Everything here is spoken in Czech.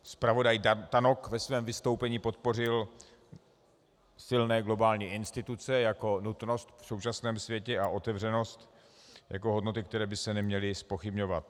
Zpravodaj Dan Tannock ve svém vystoupení podpořil silné globální instituce jako nutnost v současném světě a otevřenost jako hodnoty, které by se neměly zpochybňovat.